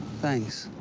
thanks.